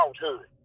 childhood